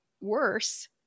worse